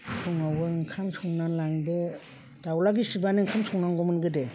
फुङावबो ओंखाम संनानै लांदो दावला गिसिरबानो ओंखाम संनांगौमोन गोदो